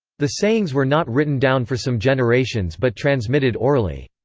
the sayings were not written down for some generations but transmitted orally.